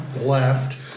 left